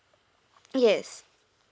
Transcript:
yes